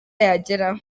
yageraho